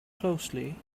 closely